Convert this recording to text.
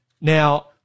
Now